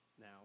now